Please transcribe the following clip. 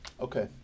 Okay